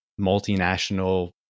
multinational